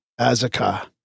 Azaka